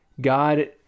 God